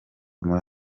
muri